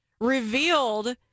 revealed